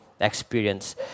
experience